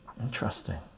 Interesting